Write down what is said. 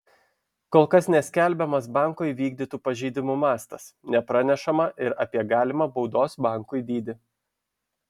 kol kas neskelbiamas banko įvykdytų pažeidimų mastas nepranešama ir apie galimą baudos bankui dydį